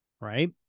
right